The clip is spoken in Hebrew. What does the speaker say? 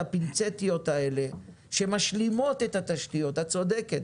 הפינצטִיות האלה שמשלימות את התשתיות את צודקת,